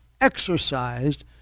exercised